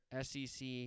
SEC